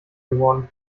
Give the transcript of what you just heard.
geworden